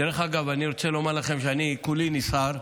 דרך אגב, אני רוצה לומר לכם שאני כולי נסער.